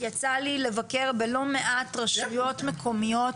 יצא לי לבקר בלא מעט רשויות מקומיות